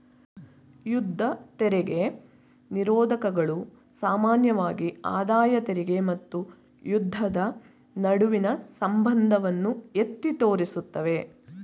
ಯುದ್ಧ ತೆರಿಗೆ ನಿರೋಧಕಗಳು ಸಾಮಾನ್ಯವಾಗಿ ಆದಾಯ ತೆರಿಗೆ ಮತ್ತು ಯುದ್ಧದ ನಡುವಿನ ಸಂಬಂಧವನ್ನ ಎತ್ತಿ ತೋರಿಸುತ್ತವೆ